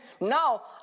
Now